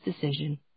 decision